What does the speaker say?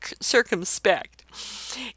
circumspect